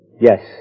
Yes